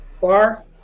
Bar